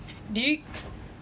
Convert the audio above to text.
do you